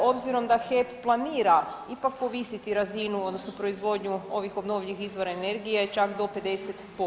Obzirom da HEP planira ipak povisiti razinu, odnosno proizvodnju ovih obnovljivih izvora energije čak do 50%